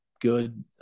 good